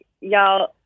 y'all